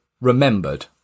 remembered